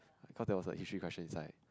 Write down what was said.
cause there was a history question inside